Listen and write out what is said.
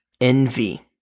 Envy